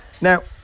now